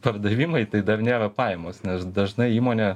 pardavimai tai dar nėra pajamos nes dažnai įmonė